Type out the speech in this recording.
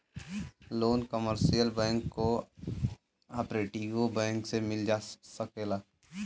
loan commercial bank cooperative bank से मिल सकेला